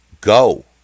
go